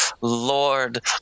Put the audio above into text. lord